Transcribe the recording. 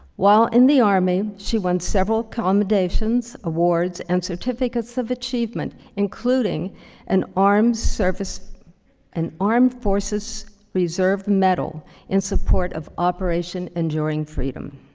while in the army, she won several commendations, awards, and certificates of achievement, including an armed service and armed forces reserve medal in support of operation enduring freedom.